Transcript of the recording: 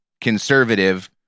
conservative